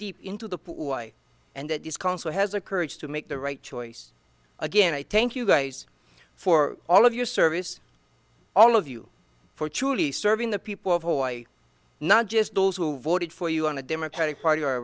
deep into the pool and that is counsel has a courage to make the right choice again i thank you guys for all of your service all of you for truly serving the people of hawaii not just those who voted for you on the democratic party or